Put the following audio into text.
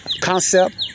Concept